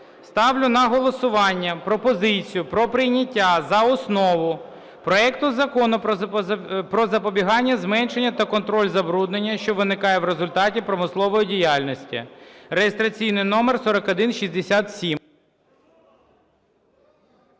Ставлю на голосування пропозицію про прийняття за основу проект Закону про запобігання, зменшення та контроль забруднення, що виникає в результаті промислової діяльності (реєстраційний номер 4167).